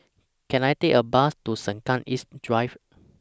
Can I Take A Bus to Sengkang East Drive